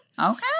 Okay